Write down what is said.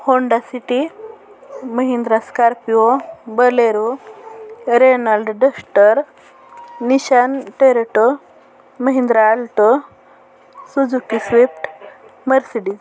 Honda City Mahindra Scorpio Bolero Renault Duster Nissan Terrano Mahindra Alto Suzuki Swift Mercedes